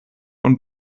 und